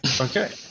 Okay